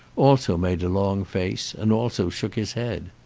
also made a long face and also shook his head.